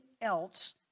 else